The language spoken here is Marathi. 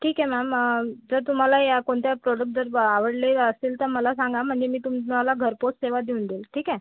ठीक आहे मॅम जर तुम्हाला या कोणत्या प्रोडक्ट जर बा आवडले असेल तर मला सांगा म्हणजे मी तुम्हाला घरपोच सेवा देऊन देईल ठीक आहे